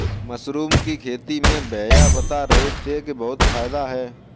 mushroom की खेती में भैया बता रहे थे कि बहुत फायदा है